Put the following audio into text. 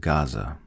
Gaza